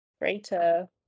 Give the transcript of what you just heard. Greater